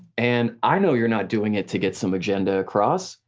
and i know you're not doing it to get some agenda across.